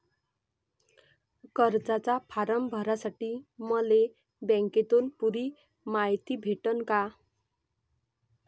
कर्जाचा फारम भरासाठी मले बँकेतून पुरी मायती भेटन का?